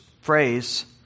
phrase